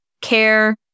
care